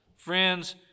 Friends